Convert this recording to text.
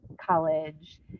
college